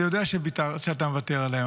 אני יודע שאתה מוותר עליהם,